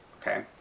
okay